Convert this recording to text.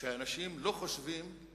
שאנשים לא חושבים לקרוא אותו.